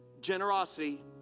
generosity